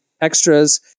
extras